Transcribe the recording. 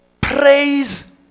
praise